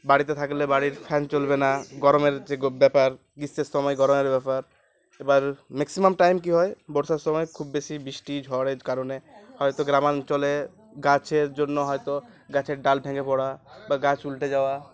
বাড়িতে থাকলে বাড়ির ফ্যান চলবে না গরমের যে ব্যাপার গীষ্মের সময় গরমের ব্যাপার এবার ম্যাক্সিমাম টাইম কী হয় বর্ষার সময় খুব বেশি বৃষ্টি ঝড়ের কারণে হয়তো গ্রামাঞ্চলে গাছের জন্য হয়তো গাছের ডাল ঢেঙে পড়া বা গাছ উলটে যাওয়া